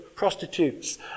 prostitutes